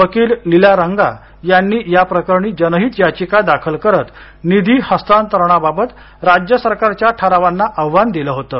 वकील लीला रंगा यांनी या प्रकरणी जनहित याचिका दाखल करत निधी हस्तांतरणाबाबत राज्य सरकारच्या ठरावांना आव्हान दिलं होतं